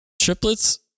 triplets